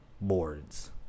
boards